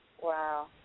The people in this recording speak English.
Wow